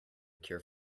cure